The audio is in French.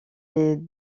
les